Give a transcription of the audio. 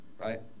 right